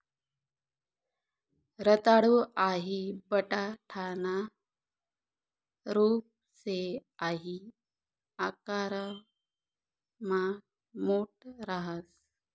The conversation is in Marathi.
रताळू हाई बटाटाना रूप शे हाई आकारमा मोठ राहस